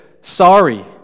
sorry